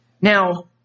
Now